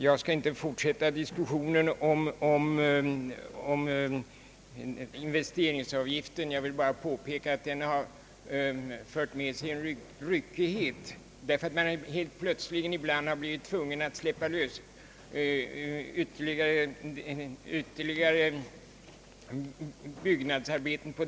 Jag skall inte fortsätta diskussionen om investeringsavgiften. Jag vill bara påpeka att den medfört en viss ryckighet därför att man ibland plötsligt blivit tvungen att ge dispens från den för ytterligare byggnadsarbeten.